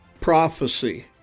prophecy